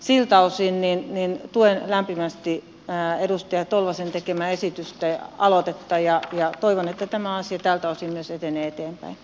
siltä osin tuen lämpimästi edustaja tolvasen tekemää aloitetta ja toivon että tämä asia tältä osin myös etenee eteenpäin